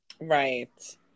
right